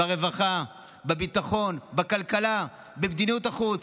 ברווחה, בביטחון, בכלכלה, במדיניות החוץ,